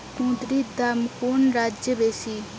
কুঁদরীর দাম কোন রাজ্যে বেশি?